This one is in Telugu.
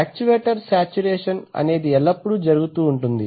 యాక్చువేటర్స్ శాచ్యురేషన్ అనేది ఎల్లప్పుడూ జరుగుతుంది